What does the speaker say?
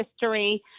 history